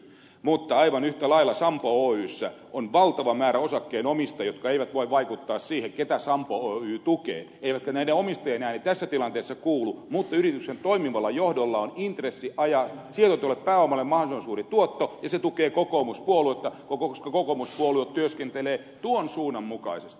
mutta aivan yhtä lailla sampo oyssä on valtava määrä osakkeenomistajia jotka eivät voi vaikuttaa siihen ketä sampo oy tukee eikä näiden omistajien ääni tässä tilanteessa kuulu mutta yrityksen toimivalla johdolla on intressi ajaa sijoitetulle pääomalle mahdollisimman suuri tuotto ja se tukee kokoomuspuoluetta koska kokoomuspuolue työskentelee tuon suunnan mukaisesti